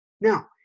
Now